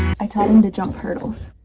i taught him to jump hurdles!